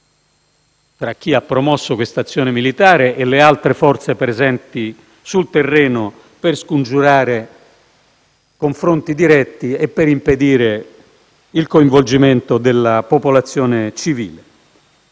tra chi ha promosso questa azione militare e le altre forze presenti sul terreno, per scongiurare confronti diretti e per impedire il coinvolgimento della popolazione civile.